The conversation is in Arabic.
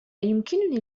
أيمكنني